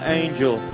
angel